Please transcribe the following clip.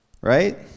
right